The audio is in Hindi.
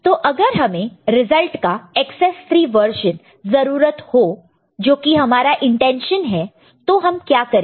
तो अगर हमें रिजल्ट का एकसेस 3 वर्जन जरूरत हो जो कि हमारा इंटेंशन हैतो हम क्या करेंगे